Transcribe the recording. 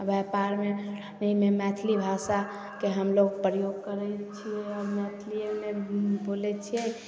व्यापारमे एहिमे मैथिली भाषाके हमलोग प्रयोग करै छियै आओर मैथिलिएमे बोलै छियै